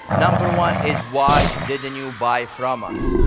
number one is, why didn't you buy from us.